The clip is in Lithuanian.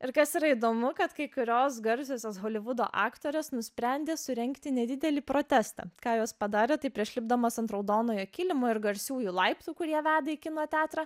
ir kas yra įdomu kad kai kurios garsiosios holivudo aktorės nusprendė surengti nedidelį protestą ką jos padarė tai prieš lipdamos ant raudonojo kilimo ir garsiųjų laiptų kurie veda į kino teatrą